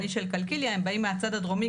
שמי שלומית גולדין הלוי, מעלה שומרון.